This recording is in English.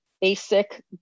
basic